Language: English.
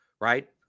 right